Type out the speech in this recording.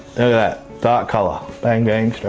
that dark colour. bang-bang,